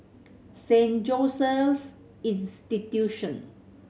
Saint Joseph's Institution